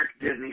Disney